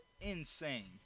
insane